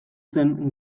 zen